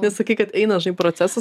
nesakyk kad eina žinai procesas